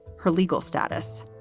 her legal status.